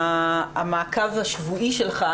המעקב השבועי שלך,